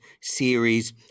series